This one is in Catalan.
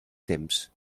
temps